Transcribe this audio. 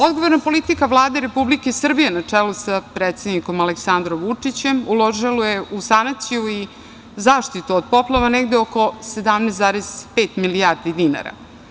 Odgovorna politika Vlade Republike Srbije na čelu sa predsednikom Aleksandrom Vučićem uložila je u sanaciju i zaštitu od poplava negde oko 17,5 milijardi dinara.